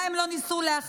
מה הם לא ניסו להכניס?